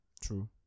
True